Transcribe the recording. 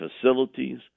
facilities